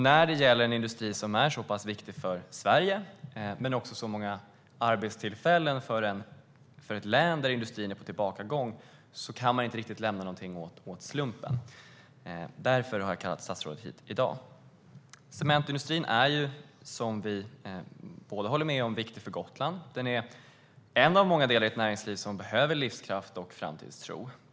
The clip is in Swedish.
När det gäller en industri som är så pass viktig för Sverige och som ger så många arbetstillfällen i ett län där industrin är på tillbakagång kan man inte riktigt lämna något åt slumpen. Det är därför jag har kallat hit statsrådet i dag. Cementindustrin är, som vi båda håller med om, viktig för Gotland. Den är en av många delar i ett näringsliv som behöver livskraft och framtidstro.